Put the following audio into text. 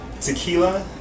Tequila